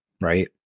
right